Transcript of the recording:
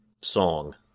song